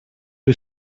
you